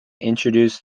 introduce